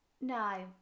no